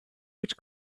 which